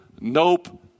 nope